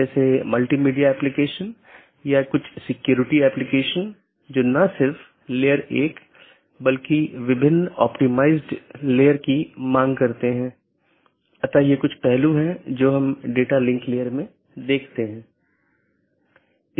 जैसे अगर मै कहूं कि पैकेट न 1 को ऑटॉनमस सिस्टम 6 8 9 10 या 6 8 9 12 और उसके बाद गंतव्य स्थान पर पहुँचना चाहिए तो यह ऑटॉनमस सिस्टम का एक क्रमिक सेट है